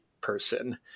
person